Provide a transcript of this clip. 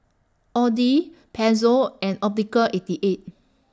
Audi Pezzo and Optical eighty eight